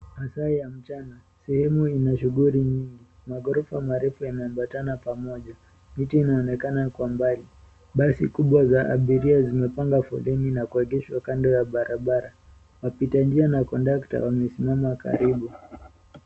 Masaa ya mchana sehemu ina shughuli nyingi na ghorofa marefu yanaambatana pamoja, miti inaonekana kwa mbali, basi kubwa za abiria zimepanga foleni na kuegeshwa kando ya barabara, wapitanjia na kondakta wamesimama karibu.